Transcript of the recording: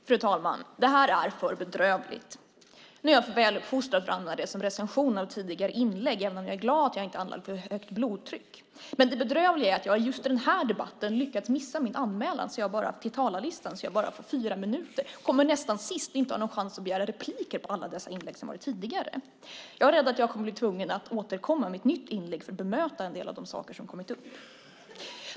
Fru talman! Det här är för bedrövligt. Nu är jag för väluppfostrad för att använda det som recension av tidigare inlägg, även om jag är glad att jag inte har anlag för högt blodtryck. Det bedrövliga är att jag i just denna debatt lyckats missa min anmälan till talarlistan så att jag bara får fyra minuters talartid, kommer nästan sist och inte har en chans att begära replik på alla de inlägg som gjorts tidigare. Jag är rädd för att jag blir tvungen att återkomma med ett nytt inlägg för att bemöta en del av de saker som kommit upp.